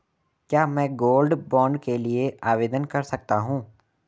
क्या मैं gold bond के लिए आवेदन कर सकता हूं?